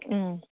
ꯎꯝ